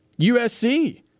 USC